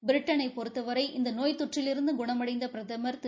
பிரிட்டனை பொறுத்தவரை இந்நோய்த்தொற்றிலிருந்து குணமடைந்த பிரதமா் திரு